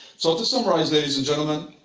so to summarize, ladies and gentlemen,